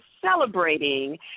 celebrating